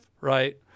right